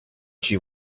she